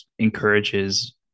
encourages